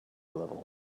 level